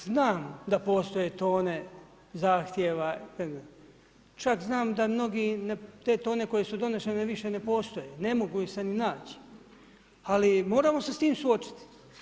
Znam da postoje tone zahtjeva predmeta, čak znam da mnogi te tone koje su donešene više ne postoje, ne mogu se ni nać, ali moramo se s tim suočiti.